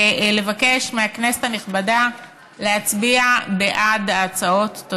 ולבקש מהכנסת הנכבדה להצביע בעד ההצעות.